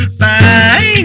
bye